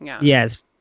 Yes